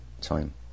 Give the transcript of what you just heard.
time